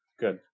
Good